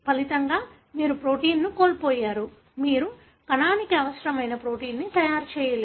ఫలితంగా మీరు ప్రోటీన్ కోల్పోయారు మీరు కణానికి అవసరమైన ప్రోటీన్ను తయారు చేయలేరు